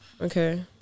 Okay